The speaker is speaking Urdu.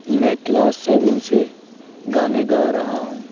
میں کلاس سیون سے گانے گا رہا ہوں